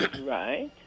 Right